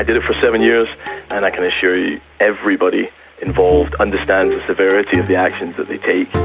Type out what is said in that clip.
like it it for seven years and i can assure you everybody involved understands the severity of the actions that they take.